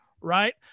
right